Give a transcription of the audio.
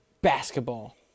basketball